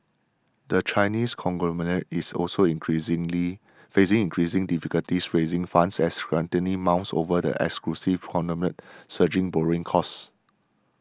the Chinese conglomerate is also increasing facing increasing difficulties raising funds as scrutiny mounts over the acquisitive conglomerate's surging borrowing costs